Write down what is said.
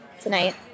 Tonight